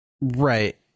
right